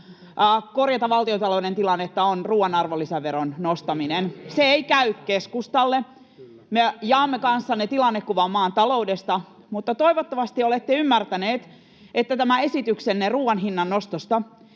korjata valtiontalouden tilannetta on ruoan arvonlisäveron nostaminen. [Hälinää — Välihuutoja] Se ei käy keskustalle. Me jaamme kanssanne tilannekuvan maan taloudesta, mutta toivottavasti olette ymmärtäneet, että tämä esityksenne ruoan hinnan nostosta